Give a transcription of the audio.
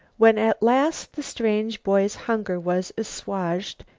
when at last the strange boy's hunger was assuaged,